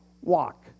walk